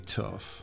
tough